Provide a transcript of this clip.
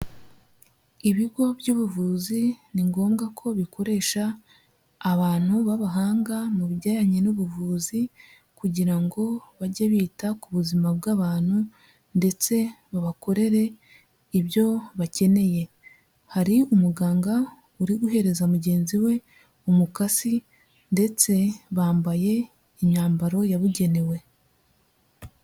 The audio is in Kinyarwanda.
Ibigo by'ubuvuzi ni ngombwa ko bikoresha abantu b'abahanga mu bijyanye n'ubuvuzi kugira ngo bajye bita ku buzima bw'abantu ndetse babakorere ibyo bakeneye, hari umuganga uri guhereza mugenzi we umukasi ndetse bambaye imyambaro yabugenewe.